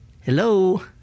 Hello